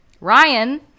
Ryan